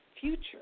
future